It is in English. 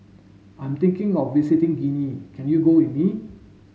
I'm thinking of visiting Guinea can you go with me